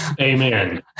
Amen